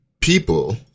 people